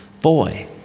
boy